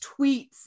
tweets